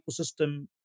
ecosystem